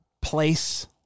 place